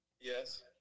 Yes